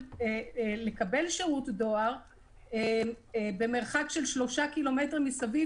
לקבל שירות דואר במרחק של שלושה ק"מ מסביב,